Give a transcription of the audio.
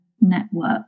network